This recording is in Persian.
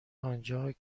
آنجا